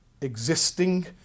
existing